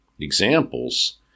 examples